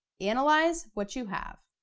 analyze what you have.